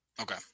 Okay